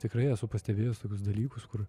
tikrai esu pastebėjęs tokius dalykus kur